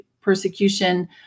persecution